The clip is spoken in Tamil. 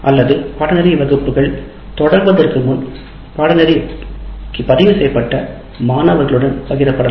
அல்லது வகுப்புகள் தொடங்குவதற்கு முன் பாடநெறிக்கு பதிவு செய்யப்பட்ட மாணவர்களுடன் பகிரப்படலாம்